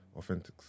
authentics